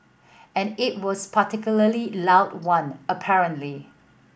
and it was particularly loud one apparently